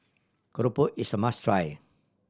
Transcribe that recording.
keropok is a must try